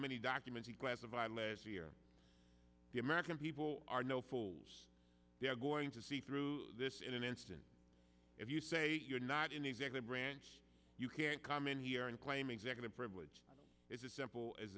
many documents a classified last year the american people are no fulls they're going to see through this in an instant if you say you're not in the executive branch you can't come in here and claim executive privilege it's as simple as